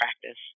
practice